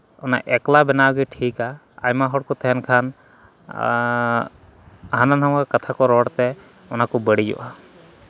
ᱚᱱᱟ ᱮᱠᱞᱟ ᱵᱮᱱᱟᱣ ᱜᱮ ᱴᱷᱤᱠᱟ ᱟᱭᱢᱟ ᱦᱚᱲ ᱠᱚ ᱛᱟᱦᱮᱱ ᱠᱷᱟᱱ ᱦᱟᱱᱟ ᱱᱟᱣᱟ ᱠᱟᱛᱷᱟ ᱠᱚ ᱨᱚᱲᱛᱮ ᱚᱱᱟ ᱠᱚ ᱵᱟᱹᱲᱤᱡᱚᱜᱼᱟ